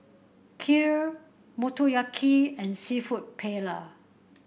Kheer Motoyaki and seafood Paella